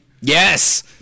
Yes